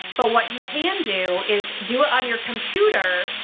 but what you can do is do it on your computer,